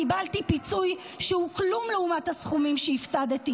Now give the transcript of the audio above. קיבלתי פיצוי שהוא כלום לעומת הסכומים שהפסדתי.